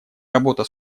работа